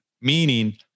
Meaning